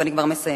ואני כבר מסיימת.